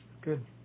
Good